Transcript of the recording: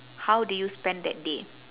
how do you spend that day